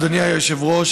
אדוני היושב-ראש,